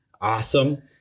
Awesome